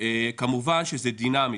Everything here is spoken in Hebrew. כמובן שזה דינמי,